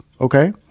okay